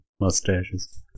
mustaches